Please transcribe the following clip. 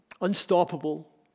unstoppable